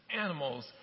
animals